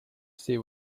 see